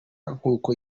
nk’uko